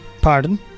Pardon